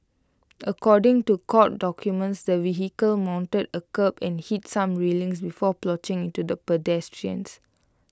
according to court documents the vehicle mounted A kerb and hit some railings before ploughing into pedestrians